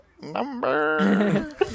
number